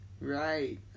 Right